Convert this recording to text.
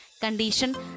condition